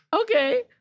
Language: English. Okay